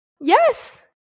Yes